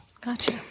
Gotcha